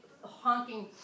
honking